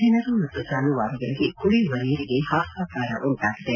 ಜನರು ಮತ್ತು ಜಾನುವಾರುಗಳಿಗೆ ಕುಡಿಯುವ ನೀರಿಗೆ ಹಾಹಾಕಾರ ಉಂಟಾಗಿದೆ